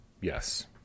yes